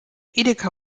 edeka